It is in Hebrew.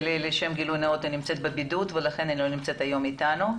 למען הגילוי הנאות ענבל נמצאת בבידוד ולכן לא נמצאת היום איתנו.